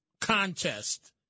contest